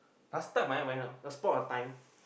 last time I Once Upon a Time